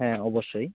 হ্যাঁ অবশ্যই